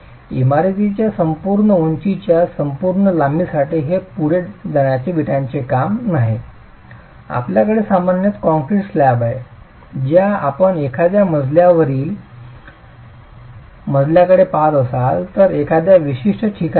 इमारतीच्या संपूर्ण उंचीच्या संपूर्ण लांबीसाठी हे पुढे जाण्याचे काम वीटांचे काम नाही आपल्याकडे सामान्यत कॉंक्रिट स्लॅब आहे ज्या आपण एखाद्या मजल्यावरील मजल्याकडे पहात असाल तर एखाद्या विशिष्ट ठिकाणी येईल